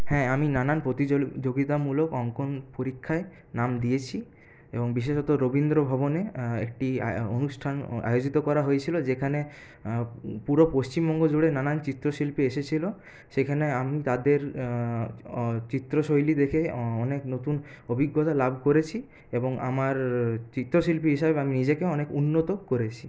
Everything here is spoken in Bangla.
হ্যাঁ আমি নানান প্রতিযোগিতামূলক অঙ্কন পরীক্ষায় নাম দিয়েছি এবং বিশেষত রবীন্দ্রভবনে একটি অনুষ্ঠান আয়োজিত করা হয়েছিল যেখানে পুরো পশ্চিমবঙ্গ জুড়ে নানান চিত্রশিল্পী এসেছিল সেখানে আমি তাদের চিত্রশৈলী দেখে অনেক নতুন অভিজ্ঞতা লাভ করেছি এবং আমার চিত্রশিল্পী হিসাবে আমি নিজেকেও অনেক উন্নত করেছি